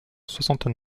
soixante